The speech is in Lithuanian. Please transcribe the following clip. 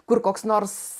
kur koks nors